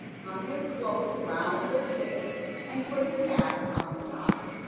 hung his cloak round the stick and put his hat on the top.